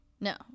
no